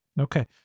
Okay